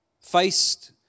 faced